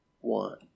one